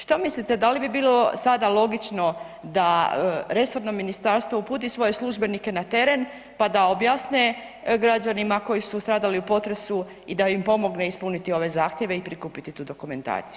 Što mislite da li bi bilo sada logično da resorno ministarstvo uputi svoje službenike na teren pa da objasne građanima koji su stradali u potresu i da im pomogne ispuniti ove zahtjeve i prikupiti tu dokumentaciju?